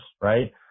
right